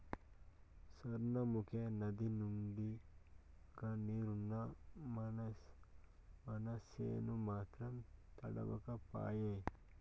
సార్నముకే నదినిండుగా నీరున్నా మనసేను మాత్రం తడవక పాయే